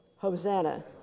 Hosanna